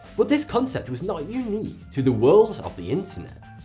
but this concept was not unique to the world of the internet.